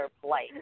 polite